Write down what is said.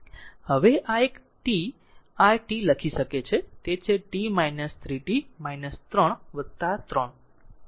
હવે આ આ એક t આ t લખી શકે છે તે છે t 3 t 3 3 ખરું